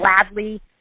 gladly